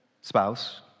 spouse